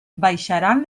baixaran